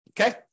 Okay